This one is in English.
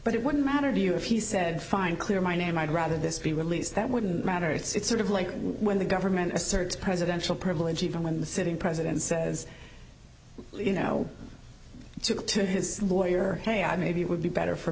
but it wouldn't matter to you if he said fine clear my name i'd rather this be released that wouldn't matter it's sort of like when the government asserts presidential privilege even when the sitting president says well you know took to his lawyer hey i maybe it would be better for